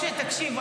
תקשיב,